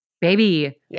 baby